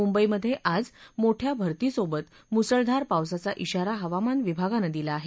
मुंबईमध्ये आज मोठ्या भरतीसोबत मुसळधार पावसाचा इशारा हवामान विभागानं दिला आहे